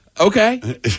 okay